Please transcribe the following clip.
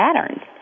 patterns